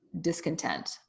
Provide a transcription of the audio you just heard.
discontent